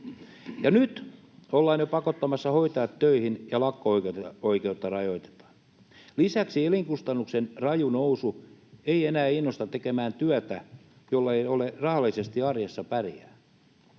nyt ollaan jo pakottamassa hoitajat töihin ja lakko-oikeutta rajoitetaan. Lisäksi elinkustannusten raju nousu ei enää innosta tekemään työtä, jolla ei rahallisesti arjessa pärjää.